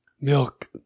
Milk